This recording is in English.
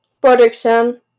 production